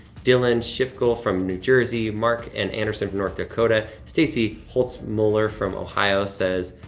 dylan shifkle from new jersey, mark and anderson from north dakota. stacey holtz muller from ohio says,